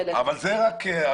זה מותנה במשהו?